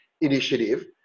initiative